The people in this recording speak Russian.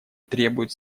требуют